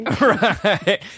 Right